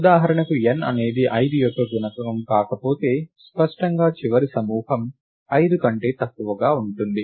ఉదాహరణకు n అనేది 5 యొక్క గుణకం కాకపోతే స్పష్టంగా చివరి సమూహం 5 కంటే తక్కువగా ఉంటుంది